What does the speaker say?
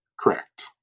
Correct